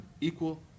equal